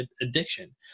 addiction